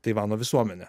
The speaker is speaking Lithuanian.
taivano visuomenę